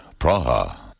Praha